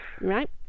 right